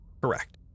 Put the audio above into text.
Correct